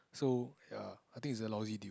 so ya I think it's a lousy deal